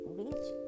reach